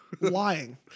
Lying